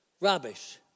rubbish